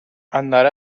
andare